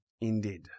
indeed